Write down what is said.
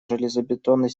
железобетонной